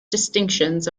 distinctions